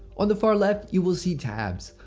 on the far left, you will see tabs.